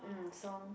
um song